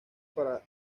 para